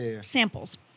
samples